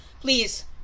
please